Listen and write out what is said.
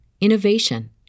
innovation